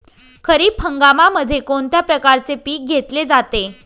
खरीप हंगामामध्ये कोणत्या प्रकारचे पीक घेतले जाते?